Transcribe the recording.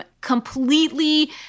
Completely